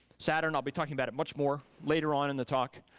saturn, i'll be talking about it much more later on in the talk,